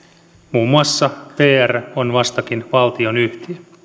muun muassa vr on vastakin valtionyhtiö